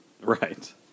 right